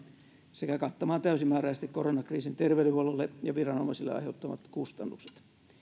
sekä kattamaan täysimääräisesti koronakriisin terveydenhuollolle ja viranomaisille aiheuttamat kustannukset